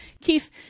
Keith